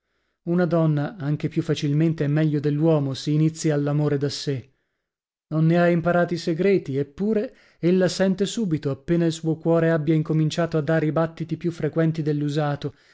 una donna anche più facilmente e meglio dell'uomo si inizia all'amore da sè non ne ha imparati i segreti eppure ella sente subito appena il suo cuore abbia incominciato a dare i battiti più frequenti dell'usato